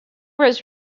was